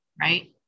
right